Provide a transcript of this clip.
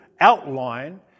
outline